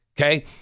Okay